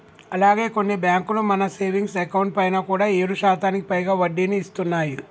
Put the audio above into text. అలాగే కొన్ని బ్యాంకులు మన సేవింగ్స్ అకౌంట్ పైన కూడా ఏడు శాతానికి పైగా వడ్డీని ఇస్తున్నాయి